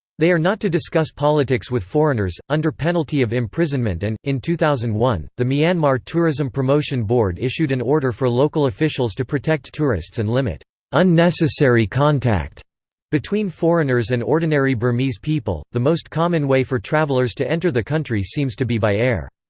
they are not to discuss politics with foreigners, under penalty of imprisonment and, in two thousand and one, the myanmar tourism promotion board issued an order for local officials to protect tourists and limit unnecessary contact between foreigners and ordinary burmese people the most common way for travellers to enter the country seems to be by air.